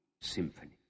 symphony